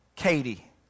Katie